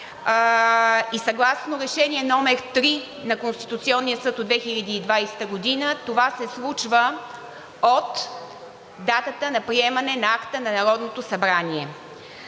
и съгласно Решение № 3 на Конституционния съд от 2020 г. това се случва от датата на приемане на акта на Народното събрание.